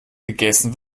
gegessen